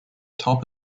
top